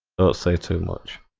so two much